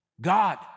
God